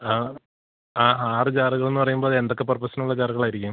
ആ ആ ആറു ജാറുകളെന്നു പറയുമ്പോള് അതെന്തൊക്കെ പർപ്പസിനുള്ള ജാറുകളായിരിക്കും